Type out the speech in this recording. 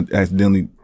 accidentally